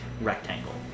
rectangle